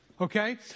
Okay